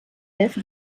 elf